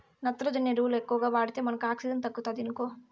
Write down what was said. నత్రజని ఎరువులు ఎక్కువగా వాడితే మనకు ఆక్సిజన్ తగ్గుతాది ఇనుకో